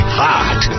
hot